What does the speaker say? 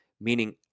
Meaning